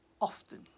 often